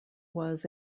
was